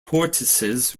tortoises